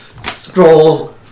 scroll